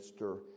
Mr